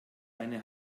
eine